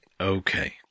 Okay